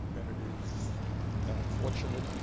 and it is and unfortunate